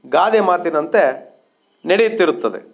ಗಾದೆ ಮಾತಿನಂತೆ ನಡೆಯುತ್ತಿರುತ್ತದೆ